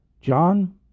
John